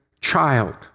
child